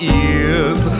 ears